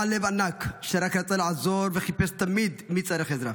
היה בעל לב ענק שרק רצה לעזור וחיפש תמיד מי צריך עזרה.